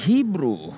Hebrew